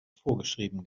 vorgeschrieben